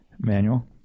Manual